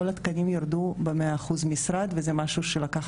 כל התקנים ירדו ב-100% משרה וזה משהו שלקח